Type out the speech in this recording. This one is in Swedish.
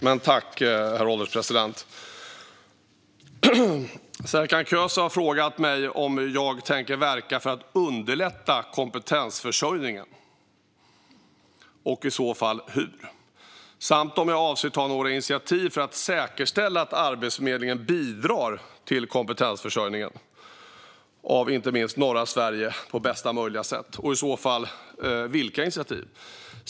Herr ålderspresident! Serkan Köse har frågat mig om jag tänker verka för att underlätta kompetensförsörjningen, och i så fall hur, samt om jag avser att ta några initiativ för att säkerställa att Arbetsförmedlingen bidrar till kompetensförsörjningen av inte minst norra Sverige på bästa möjliga sätt, och i så fall vilka initiativ.